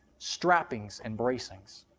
strappings, and bracings.